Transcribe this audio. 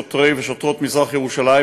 שוטרי ושוטרות מזרח-ירושלים,